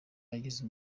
yagize